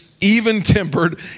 even-tempered